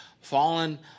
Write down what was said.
fallen